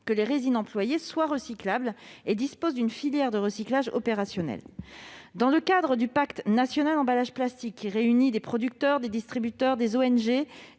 que les résines employées soient recyclables et disposent d'une filière de recyclage opérationnelle. Dans le cadre du pacte national sur les emballages plastiques, qui réunit des producteurs, des distributeurs, des